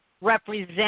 represent